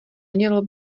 mělo